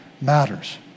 matters